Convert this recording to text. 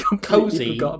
cozy